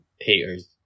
haters